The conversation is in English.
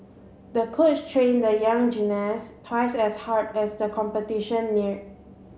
the coach trained the young gymnast twice as hard as the competition neared